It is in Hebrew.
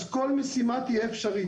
אז כל משימה תהיה אפשרית.